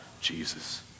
Jesus